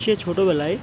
সে ছোটোবেলায়